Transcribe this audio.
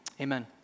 amen